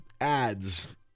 ads